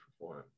perform